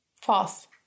False